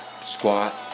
Squat